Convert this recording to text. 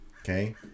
Okay